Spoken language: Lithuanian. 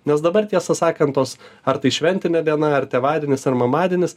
nes dabar tiesą sakant tos ar tai šventinė diena ar tėvadienis ar mamadienis